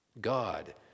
God